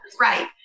Right